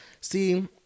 See